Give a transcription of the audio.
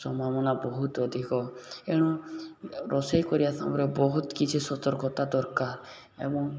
ସମ୍ଭାବନା ବହୁତ ଅଧିକ ଏଣୁ ରୋଷେଇ କରିବା ସମୟରେ ବହୁତ କିଛି ସତର୍କତା ଦରକାର ଏବଂ